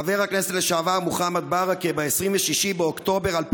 חבר הכנסת לשעבר מוחמד ברכה, ב-26 באוקטובר 2004